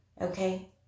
okay